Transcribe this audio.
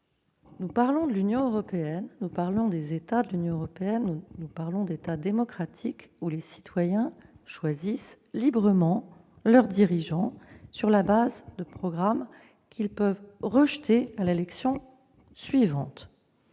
nous parlons de l'Union européenne, nous parlons des États de l'Union européenne, nous parlons d'États démocratiques où les citoyens choisissent librement leurs dirigeants, sur la base de programmes qu'ils peuvent rejeter à l'élection suivante.